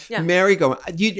merry-go-round